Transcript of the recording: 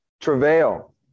Travail